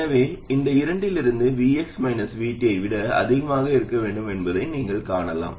எனவே இந்த இரண்டிலிருந்து Vx VT ஐ விட அதிகமாக இருக்க வேண்டும் என்பதை நீங்கள் காணலாம்